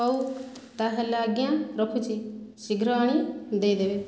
ହେଉ ତା'ହେଲେ ଆଜ୍ଞା ରଖୁଛି ଶୀଘ୍ର ଆଣି ଦେଇଦେବେ